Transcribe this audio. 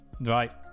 right